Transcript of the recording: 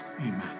Amen